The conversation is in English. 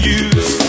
use